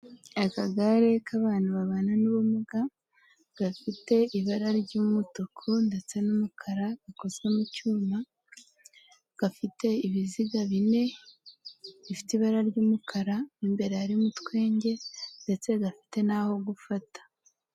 Akagare k'abantu babana n'ubumuga, gafite ibara ry'umutuku ndetse n'umukara gakozwe mu cyuma, gafite ibiziga bine, bifite ibara ry'umukara, mo imbere harimo utwenge ndetse gafite n'aho gufata.